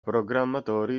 programmatori